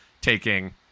taking